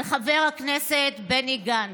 על חבר הכנסת בני גנץ.